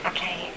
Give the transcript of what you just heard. Okay